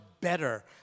better